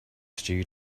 stew